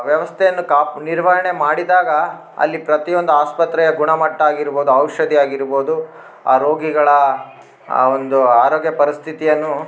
ವ್ಯವಸ್ಥೆಯನ್ನು ಕಾಪ್ ನಿರ್ವಹಣೆ ಮಾಡಿದಾಗ ಅಲ್ಲಿ ಪ್ರತಿಯೊಂದು ಆಸ್ಪತ್ರೆಯ ಗುಣಮಟ್ಟ ಆಗಿರ್ಬೋದು ಔಷಧಿ ಆಗಿರ್ಬೋದು ಆ ರೋಗಿಗಳ ಆ ಒಂದು ಆರೋಗ್ಯ ಪರಿಸ್ಥಿತಿಯನ್ನು